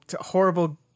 Horrible